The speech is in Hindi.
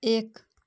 एक